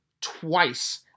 twice